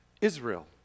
Israel